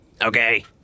Okay